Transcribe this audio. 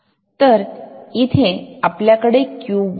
तर इथे आपल्याकडे Q1 आहे